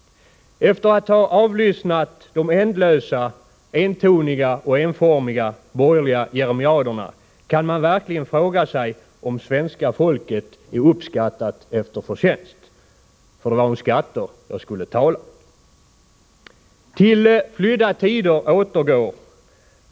Efter att ha avlyssnat de ändlösa, entoniga och enformiga borgerliga jeremiaderna kan man verkligen fråga sig om svenska folket är uppskattat efter förtjänst. Det var om skatter jag skulle tala.